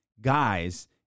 guys